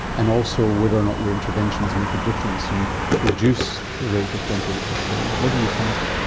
and also whether or not your interventions make a difference and reduce the rate of dental decay, what do you find?